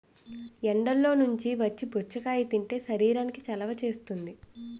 ఎండల్లో నుంచి వచ్చి పుచ్చకాయ తింటే శరీరానికి చలవ చేస్తుంది